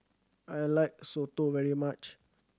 I like soto very much